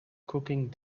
cooking